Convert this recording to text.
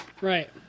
Right